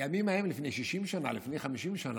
שבימים ההם, לפני 60 שנה, לפני 50 שנה,